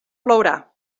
plourà